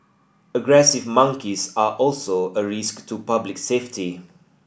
aggressive monkeys are also a risk to public safety